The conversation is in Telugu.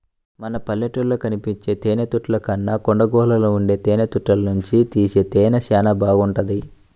మన పల్లెటూళ్ళలో కనిపించే తేనెతుట్టెల కన్నా కొండగుహల్లో ఉండే తేనెతుట్టెల్లోనుంచి తీసే తేనె చానా బాగుంటది